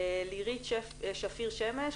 לירית שפיר-שמש,